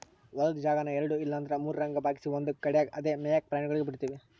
ಹೊಲುದ್ ಜಾಗಾನ ಎಲ್ಡು ಇಲ್ಲಂದ್ರ ಮೂರುರಂಗ ಭಾಗ್ಸಿ ಒಂದು ಕಡ್ಯಾಗ್ ಅಂದೇ ಮೇಯಾಕ ಪ್ರಾಣಿಗುಳ್ಗೆ ಬುಡ್ತೀವಿ